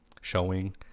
showing